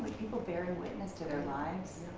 people bearing witness to their lives.